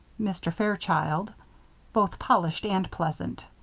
mr. fairchild both polished and pleasant.